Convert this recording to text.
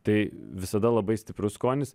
tai visada labai stiprus skonis